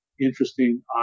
interesting